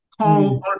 Call